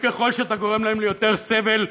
וככל שאתה גורם להם ליותר סבל,